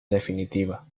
definitiva